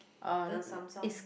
uh no no it's